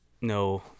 no